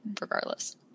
regardless